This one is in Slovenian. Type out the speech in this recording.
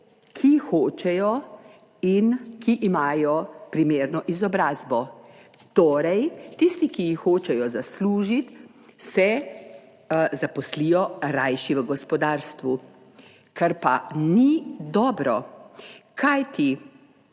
ki hočejo in ki imajo primerno izobrazbo. Torej se tisti, ki hočejo zaslužiti, rajši zaposlijo v gospodarstvu. Kar pa ni dobro, kajti